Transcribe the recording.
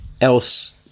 else